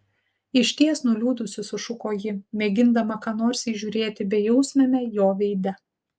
išties nuliūdusi sušuko ji mėgindama ką nors įžiūrėti bejausmiame jo veide